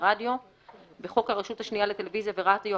ורדיו 36. בחוק הרשות השנייה לטלוויזיה ורדיו,